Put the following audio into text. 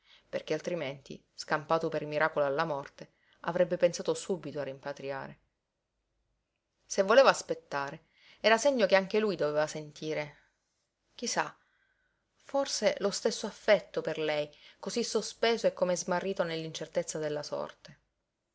perché altrimenti scampato per miracolo dalla morte avrebbe pensato subito a rimpatriare se voleva aspettare era segno che anche lui doveva sentire chi sa forse lo stesso affetto per lei cosí sospeso e come smarrito nell'incertezza della sorte